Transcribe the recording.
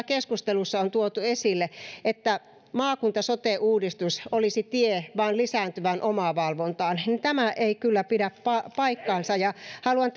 keskustelussa on tuotu esille että maakunta ja sote uudistus olisi tie vain lisääntyvään omavalvontaan tämä ei kyllä pidä paikkaansa ja haluan